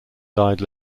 died